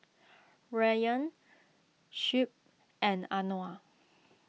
Rayyan Shuib and Anuar